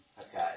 Okay